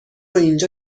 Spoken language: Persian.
اینجا